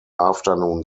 afternoon